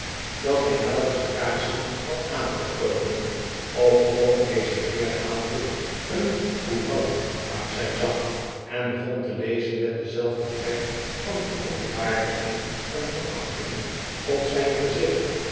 dat hij nauwelijks de kaarsen had aangestoken of ook deze heer haalde een courant uit zijn zak r en begon te lezen met denzelfden trek van verontwaardiging en verachting op zijn gezicht